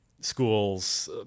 schools